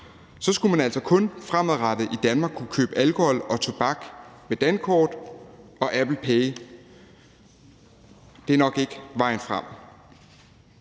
så skulle man altså fremadrettet i Danmark kun kunne købe alkohol og tobak med dankort og f.eks. Apple Pay. Det er nok ikke vejen frem.